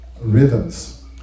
rhythms